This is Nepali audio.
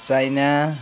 चाइना